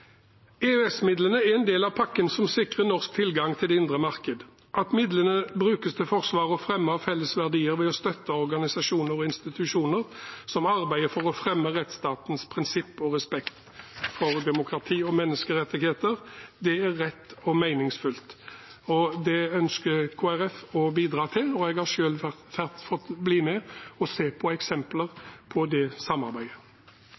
er en del av pakken som sikrer norsk tilgang til det indre marked. At midlene brukes til forsvar og fremme av felles verdier ved å støtte organisasjoner og institusjoner som arbeider for å fremme rettsstatens prinsipp og respekt for demokrati og menneskerettigheter, er rett og meningsfylt, og det ønsker Kristelig Folkeparti å bidra til. Jeg har selv fått bli med og se på eksempler på det samarbeidet.